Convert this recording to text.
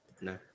No